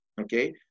okay